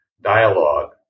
dialogue